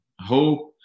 hope